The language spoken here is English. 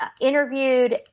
interviewed